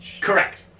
Correct